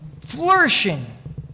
flourishing